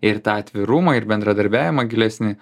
ir tą atvirumą ir bendradarbiavimą gilesnį